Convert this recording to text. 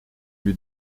lui